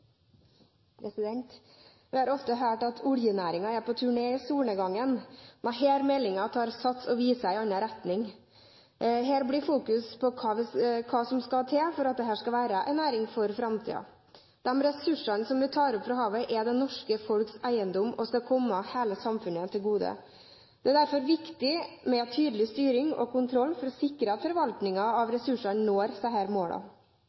på tur ned, i solnedgangen. Denne meldingen tar sats og viser en annen retning. Her blir det fokusert på hva som skal til for at det skal være en næring for framtiden. De ressursene vi tar opp fra havet, er det norske folks eiendom og skal komme hele samfunnet til gode. Det er derfor viktig med tydelig styring og kontroll for å sikre at forvaltningen av